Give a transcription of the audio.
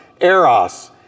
eros